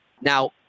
Now